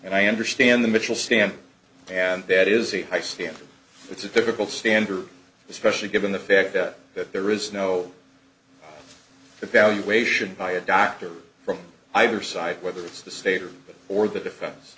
and i understand the mitchell stand and that is a high standard it's a difficult standard especially given the fact that there is no evaluation by a doctor from either side whether it's the state or or the defense